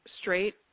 straight